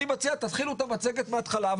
אני מציע תתחילו את המצגת מהתחלה,